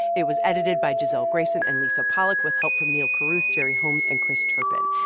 it was edited by gisele grayson and lisa pollak, with help from neal carruth, gerry holmes and chris turpin.